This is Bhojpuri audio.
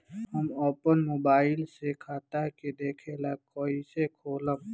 हम आपन मोबाइल से खाता के देखेला कइसे खोलम?